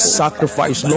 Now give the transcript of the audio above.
sacrifice